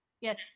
Yes